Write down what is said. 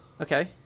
Okay